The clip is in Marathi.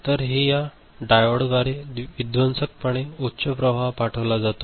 तर हे या डायोडद्वारे विध्वंसकपणे उच्च प्रवाह पाठविला जातात